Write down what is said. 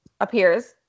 appears